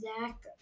Zach